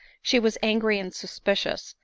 she was angry and suspicious,